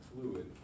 fluid